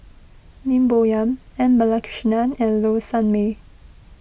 Lim Bo Yam M Balakrishnan and Low Sanmay